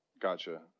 Gotcha